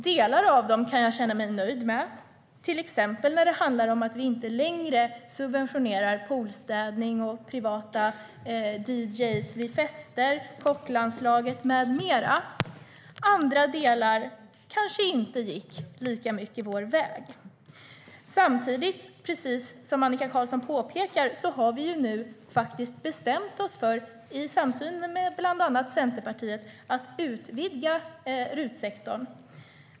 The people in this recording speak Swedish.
Delar av dem kan jag känna mig nöjd med, till exempel att vi inte längre subventionerar poolstädning, privata dj:ar vid fester, Kocklandslaget med mera. Andra delar kanske inte gick lika mycket vår väg. Samtidigt har vi, precis som Annika Qarlsson påpekar, i samsyn med bland andra Centerpartiet bestämt oss för att utvidga RUT-sektorn.